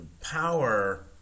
power